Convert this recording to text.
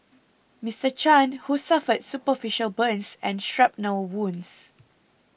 Mister Chan who suffered superficial burns and shrapnel wounds